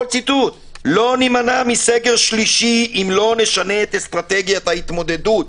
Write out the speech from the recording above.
ואני מצטט: "לא נימנע מסגר שלישי אם לא נשנה את אסטרטגיית ההתמודדות".